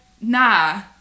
Nah